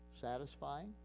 satisfying